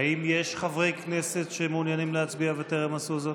האם יש חברי כנסת שמעוניינים להצביע וטרם עשו זאת?